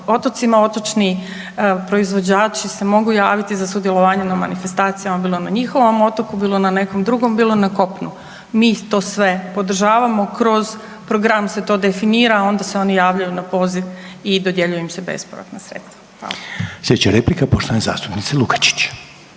otocima. Otočni proizvođači se mogu javiti za sudjelovanje na manifestacijama bilo na njihovom otoku, bilo na nekom drugom, bilo na kopnu. Mi to sve podržavamo, kroz program se to definira, onda se oni javljaju na poziv i dodjeljuju im se bespovratna sredstva. Hvala. **Reiner, Željko (HDZ)** Slijedeća replika poštovane zastupnice Lukačić.